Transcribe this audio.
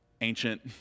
ancient